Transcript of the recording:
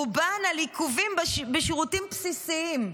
רובן על עיכובים בשירותים בסיסיים,